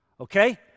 okay